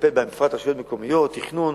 מטפל בהן, בפרט רשויות מקומיות, תכנון,